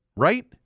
Right